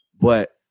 but-